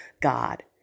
God